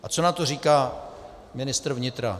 A co na to říká ministr vnitra?